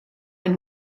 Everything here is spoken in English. and